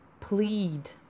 plead